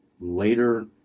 later